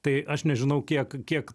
tai aš nežinau kiek kiek